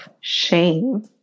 shame